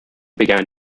began